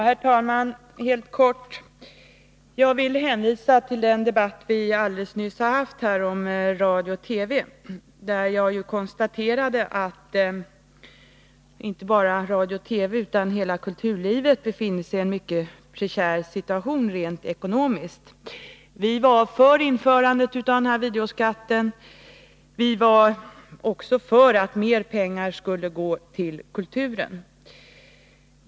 Herr talman! Helt kort. Jag vill hänvisa till den debatt vi alldeles nyss har haft här om radio-TV, där jag konstaterade att inte bara radio-TV utan hela kulturlivet befinner sig i en mycket prekär situation rent ekonomiskt. Vi var för införandet av denna videoskatt. Vi var också för att mer pengar skulle gå till kulturen.